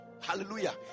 Hallelujah